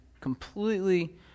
completely